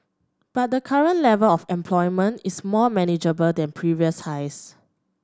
but the current level of employment is more manageable than previous highs